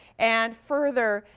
and further,